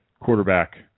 quarterback